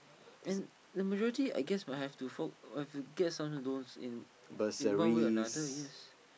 and the majority I guess will have to fork have to get some those in in one way or another yes